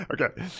Okay